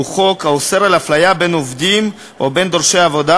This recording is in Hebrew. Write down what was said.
חוק האוסר אפליה בין עובדים או בין דורשי עבודה,